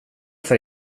för